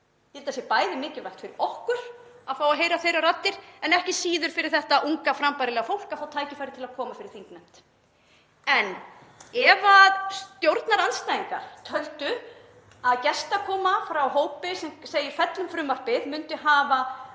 að það sé bæði mikilvægt fyrir okkur að fá að heyra þeirra raddir, en ekki síður fyrir þetta unga frambærilegt fólk að fá tækifæri til að koma fyrir þingnefnd. En ef stjórnarandstæðingar töldu að gestakoma frá hópi sem segir: Fellum frumvarpið, myndi hafa